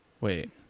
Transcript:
Wait